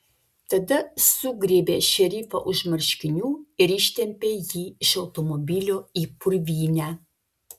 tada sugriebė šerifą už marškinių ir ištempė jį iš automobilio į purvynę